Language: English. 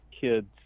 kids